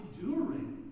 enduring